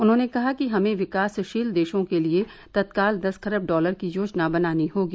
उन्होंने कहा कि हमें विकासशील देशों के लिए तत्काल दस खरब डॉलर की योजना बनानी होगी